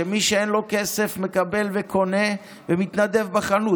שמי שאין לו כסף מקבל וקונה ומתנדב בחנות